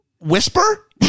whisper